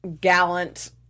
Gallant